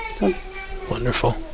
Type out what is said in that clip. Wonderful